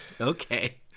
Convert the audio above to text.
Okay